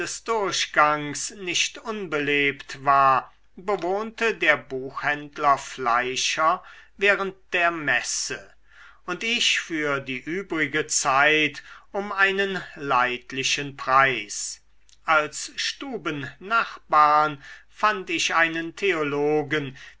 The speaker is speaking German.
durchgangs nicht unbelebt war bewohnte der buchhändler fleischer während der messe und ich für die übrige zeit um einen leidlichen preis als stubennachbarn fand ich einen theologen